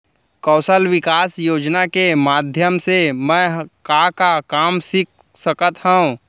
कौशल विकास योजना के माधयम से मैं का का काम सीख सकत हव?